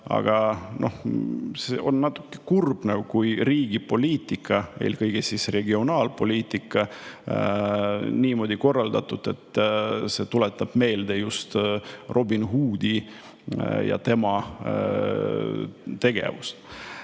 Aga on natuke kurb, et kui riigi poliitika, eelkõige regionaalpoliitika on niimoodi korraldatud, et see tuletab meelde Robin Hoodi ja tema tegevust.